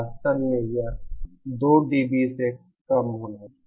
वास्तव में यह 2 डीबी से कम होना चाहिए